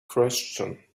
question